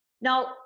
Now